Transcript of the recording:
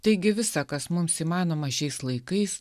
taigi visa kas mums įmanoma šiais laikais